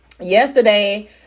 yesterday